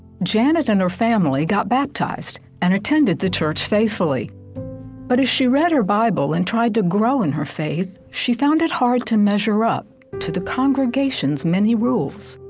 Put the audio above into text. janet and her family got baptized and attended the church faithfully but as she read her bible and tried to grow in her fate she found it hard to measure up to the congregation's many rules.